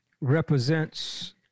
represents